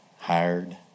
hired